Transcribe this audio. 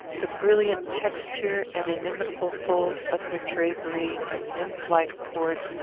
the brilliant texture and inimitable folds of her drapery, and nymphlike port,